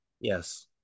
Yes